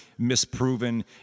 misproven